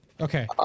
Okay